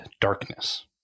darkness